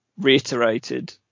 reiterated